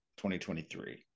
2023